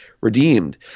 redeemed